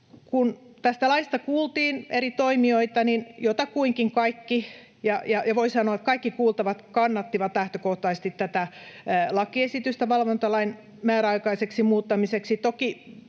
Kun tästä laista kuultiin eri toimijoita, niin jotakuinkin kaikki — voi sanoa, että kaikki — kuultavat kannattivat lähtökohtaisesti tätä lakiesitystä valvontalain määräaikaiseksi muuttamiseksi.